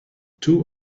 two